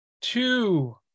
two